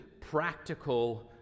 practical